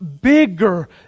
bigger